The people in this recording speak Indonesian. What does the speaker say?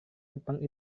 jepang